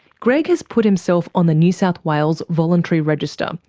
greg has put himself on the new south wales voluntary register, um